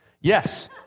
Yes